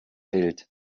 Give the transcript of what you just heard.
welt